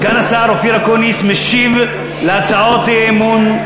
סגן השר אופיר אקוניס משיב על הצעות האי-אמון,